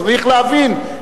צריך להבין,